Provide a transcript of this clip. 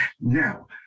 Now